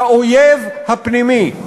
כאויב הפנימי.